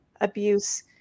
abuse